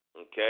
okay